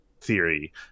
theory